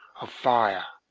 of fire,